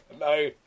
no